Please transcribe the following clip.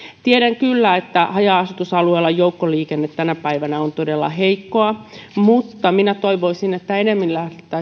tiedän kyllä että haja asutusalueilla joukkoliikenne tänä päivänä on todella heikkoa mutta minä toivoisin että ennemmin